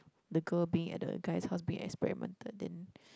the girl being at the guys house being experimented then